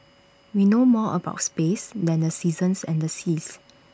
we know more about space than the seasons and the seas